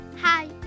Hi